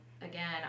again